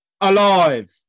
alive